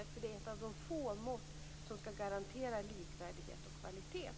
Det är ett av de få mått som skall garantera likvärdighet och kvalitet.